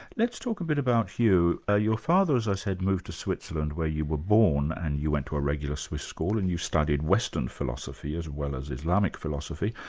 let's talk a bit about you. ah your father, as i said, moved to switzerland, where you were born, and you went to a regular swiss school, and you studies western philosophy as well as islamic philosophy.